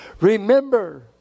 Remember